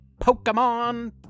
Pokemon